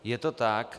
Je to tak.